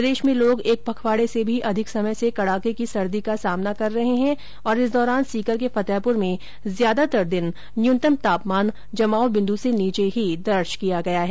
प्रदेश में लोग एक पखवाड़े से भी अधिक समय से कड़ाके की सर्दी का सामना कर रहे हैं और इस दौरान सीकर के फतेहपुर में ज्यादात्तर न्यूनतम तापमान जमाव बिन्दू से नीचे ही दर्ज किया गया हैं